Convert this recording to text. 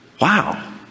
Wow